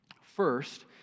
First